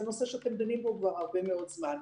נושא שאתם דנים בו כבר הרבה מאוד זמן.